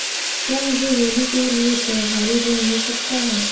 क्या मुझे होली के लिए त्यौहारी ऋण मिल सकता है?